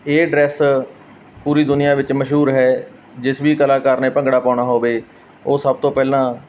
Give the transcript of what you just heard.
ਇਹ ਡਰੈਸ ਪੂਰੀ ਦੁਨੀਆ ਵਿੱਚ ਮਸ਼ਹੂਰ ਹੈ ਜਿਸ ਵੀ ਕਲਾਕਾਰ ਨੇ ਭੰਗੜਾ ਪਾਉਣਾ ਹੋਵੇ ਉਹ ਸਭ ਤੋਂ ਪਹਿਲਾਂ